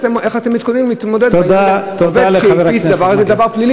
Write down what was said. איך אתם מתכוננים להתמודד עם עובד שהפיץ דבר כזה.